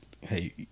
hey